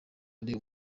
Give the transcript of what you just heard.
ari